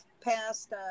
past